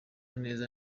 neza